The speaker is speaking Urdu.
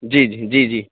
جی جی جی جی